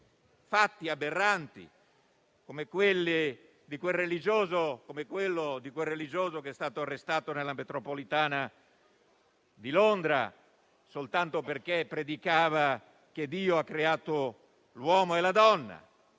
fatti aberranti, come quel religioso che è stato arrestato nella metropolitana di Londra soltanto perché predicava che Dio ha creato l'uomo e la donna.